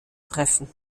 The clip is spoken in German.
treffen